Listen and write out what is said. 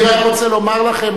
אני רק רוצה לומר לכם,